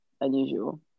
unusual